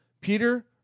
Peter